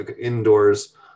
indoors